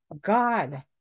God